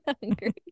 Hungry